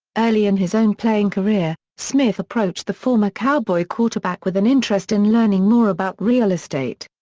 early in his own playing career, smith approached the former cowboy quarterback with an interest in learning more about real estate.